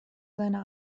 seiner